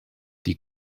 die